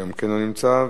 לא נמצא.